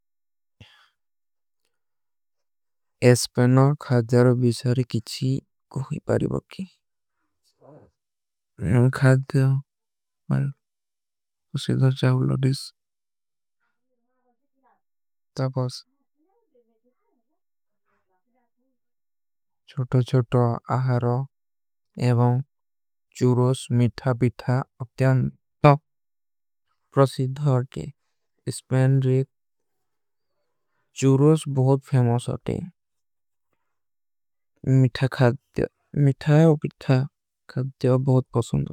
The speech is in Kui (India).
ଏସ୍ପୈନଲ ଖାଜାରୋ ଭୀ ସାରେ କିଛୀ କୋହୀ ପାରୀ ବାକେ। ନହୀଂ ଖାଜ ଦିଯା ପ୍ରସିଦା। ଚାଓ ଲୋଡିସ ତା ବାସ ଛୋଟୋ ଛୋଟୋ। ଆହାରୋ ଏବାଁ ଚୂରୋସ ମିଠା ମିଠା ଅପ୍ପ୍ତ୍ଯାନ ତକ। ପ୍ରସିଦ ହୋରକେ ଏସ୍ପୈନ ରିପ ଚୂରୋସ ବହୁତ ଫେମୋସ ହୋତେ। ମିଠା ମିଠା ଅପ୍ପ୍ତ୍ଯାନ ତକ ବହୁତ ଫେମୋସ ହୋତେ।